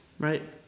Right